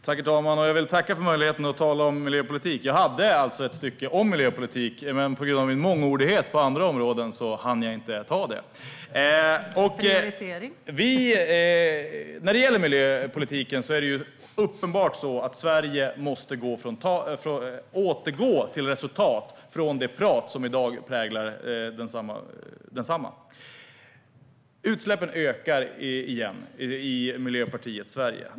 Herr talman! Jag vill tacka för möjligheten att tala om miljöpolitik. Jag hade ett stycke om miljöpolitik i mitt manus, men på grund av min mångordighet på andra områden hann jag inte ta det. När det gäller miljöpolitiken är det uppenbart att Sverige måste återgå till resultat från det prat som i dag präglar densamma. Utsläppen ökar igen i Miljöpartiets Sverige.